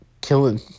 killing